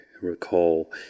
recall